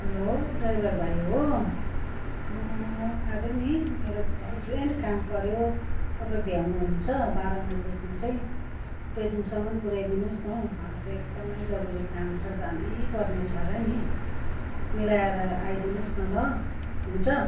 hello driver भाइ हो म आज नि मेरो अर्जेन्ट काम पर्यो तपाईँ भ्याउनुहुन्छ बाह्र माइलदेखि चाहिँ पेदोङसम्म पुर्याइदिनु होस् न हौ आज एकदमै जरुरी काम छ जानैपर्ने छ र नि मिलाएर आइदिनु होस् न ल हुन्छ